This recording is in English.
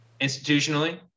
Institutionally